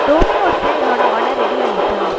டோமினோட்ஸில் என்னோடய order ready ஆகிடுச்சா